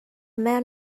man